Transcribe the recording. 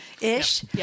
Ish